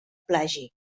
plagi